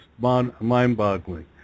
mind-boggling